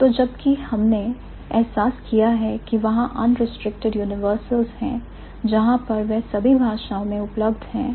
तो जब कि हमने एहसास किया है कि वहां unrestricted universals है जहां पर वह सभी भाषाओं में उपलब्ध हैं